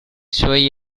suoi